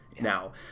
Now